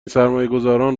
سرمایهگذاران